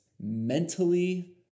mentally